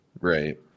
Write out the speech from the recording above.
Right